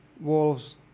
Wolves